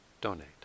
donate